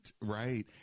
right